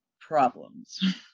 problems